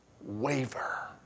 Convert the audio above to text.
waver